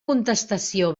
contestació